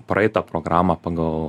praeitą programą pagal